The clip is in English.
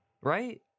Right